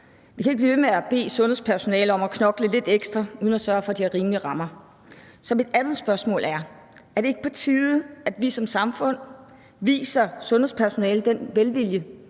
Vi kan ikke blive ved med at bede sundhedspersonalet om at knokle lidt ekstra uden at sørge for, at de har rimelige rammer. Så mit andet spørgsmål er: Er det ikke på tide, at vi som samfund viser sundhedspersonalet den velvilje,